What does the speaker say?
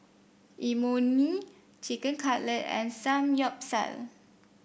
Imoni Chicken Cutlet and Samgyeopsal